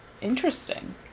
interesting